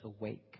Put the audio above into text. awake